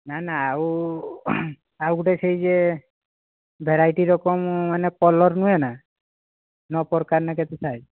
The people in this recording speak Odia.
ନା ନା ଆଉ ଆଉ ଗୋଟେ ସେଇ ଯେ ଭେରାଇଟି ରକମ୍ ମାନେ କଲର୍ ନୁହେଁନା ନଅ ପ୍ରକାର ନା କେତେ ଥାଏ